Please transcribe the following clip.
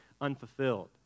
unfulfilled